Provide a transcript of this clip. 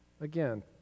Again